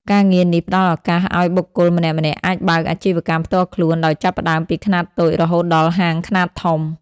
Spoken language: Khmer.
ការងារនេះផ្តល់ឱកាសឱ្យបុគ្គលម្នាក់ៗអាចបើកអាជីវកម្មផ្ទាល់ខ្លួនដោយចាប់ផ្តើមពីខ្នាតតូច រហូតដល់ហាងខ្នាតធំ។